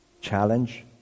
challenge